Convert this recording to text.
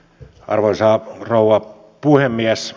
arvoisa puhemies